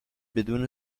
بدون